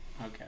Okay